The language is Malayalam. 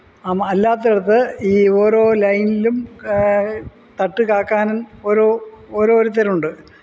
അല്ലാത്തിടത്ത് ഈ ഓരോ ലൈനിലും തട്ട് കാക്കാനും ഓരോ ഓരോരുത്തരുണ്ട്